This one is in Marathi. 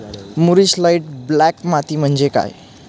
मूरिश लाइट ब्लॅक माती म्हणजे काय?